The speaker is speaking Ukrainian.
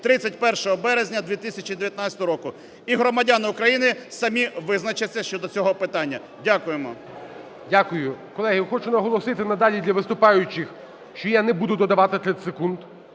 31 березня 2019 року, і громадяни України самі визначаться щодо цього питання. Дякуємо. ГОЛОВУЮЧИЙ. Дякую. Колеги, я хочу наголосити надалі для виступаючих, що я не буду додавати 30 секунд,